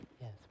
Yes